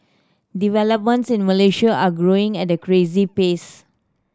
developments in Malaysia are growing at a crazy pace